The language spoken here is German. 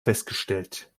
festgestellt